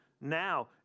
now